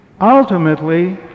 Ultimately